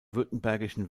württembergischen